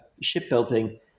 shipbuilding